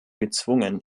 gezwungen